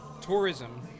tourism